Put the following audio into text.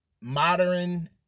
modern